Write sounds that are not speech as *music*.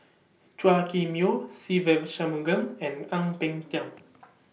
Chua Kim Yeow Se Ve Shanmugam and Ang Peng Tiam *noise*